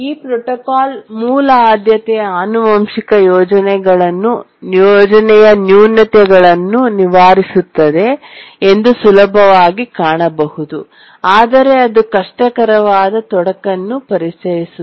ಈ ಪ್ರೋಟೋಕಾಲ್ ಮೂಲ ಆದ್ಯತೆಯ ಆನುವಂಶಿಕ ಯೋಜನೆಯ ನ್ಯೂನತೆಗಳನ್ನು ನಿವಾರಿಸುತ್ತದೆ ಎಂದು ಸುಲಭವಾಗಿ ಕಾಣಬಹುದು ಆದರೆ ಅದು ಕಷ್ಟಕರವಾದ ತೊಡಕನ್ನು ಪರಿಚಯಿಸುತ್ತದೆ